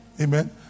Amen